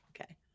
Okay